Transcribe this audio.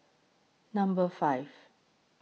Number five